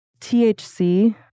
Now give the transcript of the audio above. THC